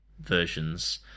versions